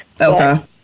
Okay